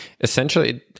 essentially